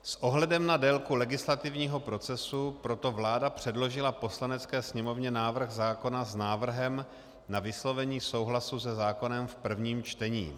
S ohledem na délku legislativního procesu proto vláda předložila Poslanecké sněmovně návrh zákona s návrhem na vyslovení souhlasu se zákonem v prvním čtení.